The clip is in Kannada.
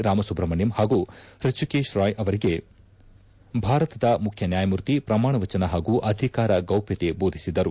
ರಾಮಸುಬ್ರಹ್ಮಣ್ಯಂ ಪಾಗೂ ಪೃಷಿಕೇಶ್ ರಾಯ್ ಅವರಿಗೆ ಭಾರತದ ಮುಖ್ಯ ನ್ಕಾಯಮೂರ್ತಿ ಪ್ರಮಾಣವಚನ ಪಾಗೂ ಅಧಿಕಾರ ಗೌಪ್ಯತೆ ಬೋಧಿಸಿದರು